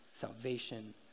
salvation